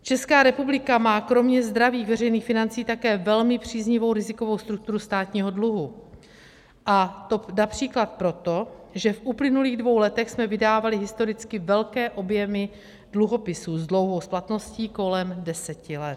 Česká republika má kromě zdravých veřejných financí také velmi příznivou rizikovou strukturu státního dluhu, a to například proto, že v uplynulých dvou letech jsme vydávali historicky velké objemy dluhopisů s dlouhou splatností kolem deseti let.